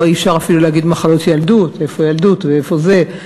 כבר אי-אפשר להגיד "מחלות ילדות" איפה ילדות ואיפה זה?